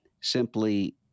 simply